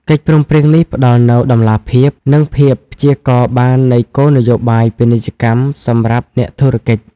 កិច្ចព្រមព្រៀងនេះផ្ដល់នូវតម្លាភាព និងភាពព្យាករណ៍បាននៃគោលនយោបាយពាណិជ្ជកម្មសម្រាប់អ្នកធុរកិច្ច។